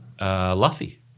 Luffy